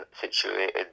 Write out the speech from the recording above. situated